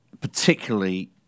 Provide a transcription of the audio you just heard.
particularly